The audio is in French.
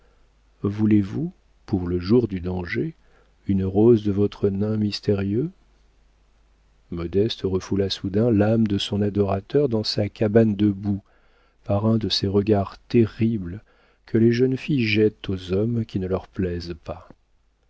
voulez-vous pour le jour du danger une rose de votre nain mystérieux modeste refoula soudain l'âme de son adorateur dans sa cabane de boue par un de ces regards terribles que les jeunes filles jettent aux hommes qui ne leur plaisent pas